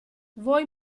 voi